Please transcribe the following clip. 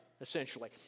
essentially